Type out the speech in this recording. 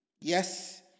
Yes